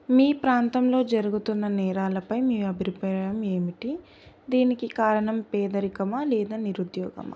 మీ ప్రాంతంలో జరుగుతున్న నేరాలపై మీ అభిప్రాయం ఏమిటి దీనికి కారణం పేదరికమా లేదా నిరుద్యోగమా